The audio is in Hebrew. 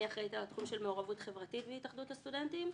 אני אחראית על התחום של מעורבות חברתית בהתאחדות הסטודנטים.